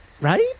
Right